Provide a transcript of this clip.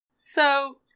So-